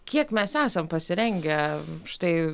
kiek mes esam pasirengę štai